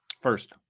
First